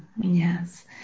Yes